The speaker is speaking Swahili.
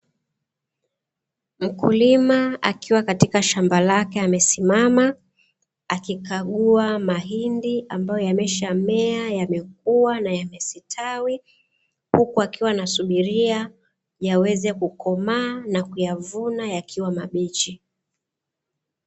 Mkulima akiwa katika shamba lake amesimama akikagua mahindi ambayo yameshamea, yamekua na yamestawi, huku akiwa anasubiria yaweze kukomaa na kuyavuna yakiwa mabichi.